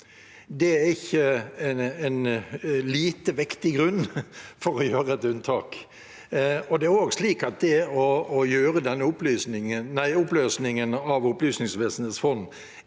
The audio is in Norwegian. det er ikke en lite vektig grunn for å gjøre et unntak. Det er også slik at det å gjøre denne oppløsningen av Opplysningsvesenets fond